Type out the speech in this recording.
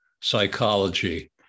psychology